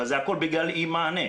אבל הכל זה בגלל אי מענה,